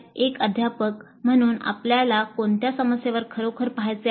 एक अध्यापक म्हणून आपल्याला कोणत्या समस्येवर खरोखर पाहायचे आहे